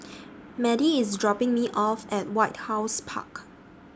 Madie IS dropping Me off At White House Park